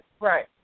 Right